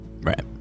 Right